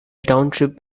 township